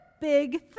big